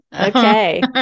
okay